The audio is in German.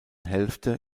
hälfte